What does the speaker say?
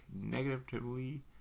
negatively